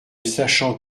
sachant